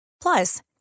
Plus